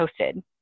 hosted